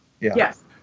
Yes